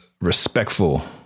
respectful